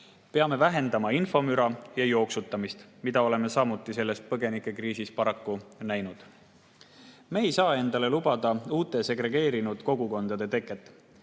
Peame vähendama infomüra ja jooksutamist, mida oleme samuti selles põgenikekriisis paraku näinud. Me ei saa endale lubada uute segregeerunud kogukondade teket.